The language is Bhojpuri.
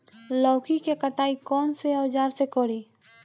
लौकी के कटाई कौन सा औजार से करी?